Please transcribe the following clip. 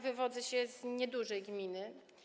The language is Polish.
Wywodzę się z niedużej gminy.